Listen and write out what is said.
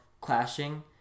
clashing